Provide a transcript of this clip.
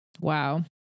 Wow